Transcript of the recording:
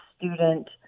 student